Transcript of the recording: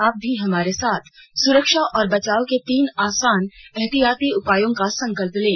आप भी हमारे साथ सुरक्षा और बचाव के तीन आसान एहतियाती उपायों का संकल्प लें